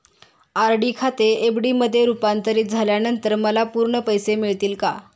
RD खाते FD मध्ये रुपांतरित झाल्यानंतर मला पूर्ण पैसे मिळतील का?